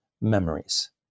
memories